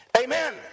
Amen